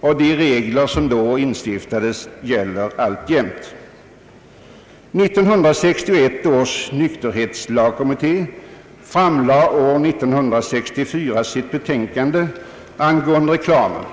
och de regler som då antogs gäller alltjämt. 1961 års = nykterhetslagskommitté framlade år 1964 sitt betänkande angående reklamen.